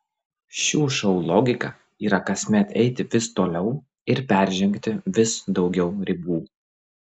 šių šou logika yra kasmet eiti vis toliau ir peržengti vis daugiau ribų